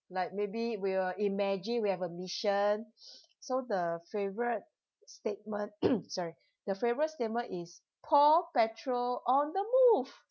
like maybe we will imagine we have a mission so the favourite statement sorry the favourite statement is paw patrol on the move